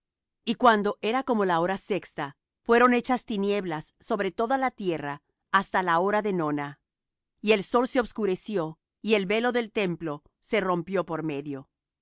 y cuando era como la hora de sexta fueron hechas tinieblas sobre toda la tierra hasta la hora de nona y el sol se obscureció y el velo del templo se rompió por medio